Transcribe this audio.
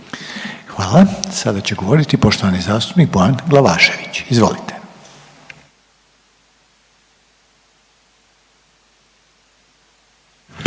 Hvala. Sada će govoriti poštovani zastupnik Bojan Glavašević, izvolite.